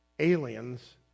aliens